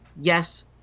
yes